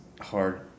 hard